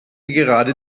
gerade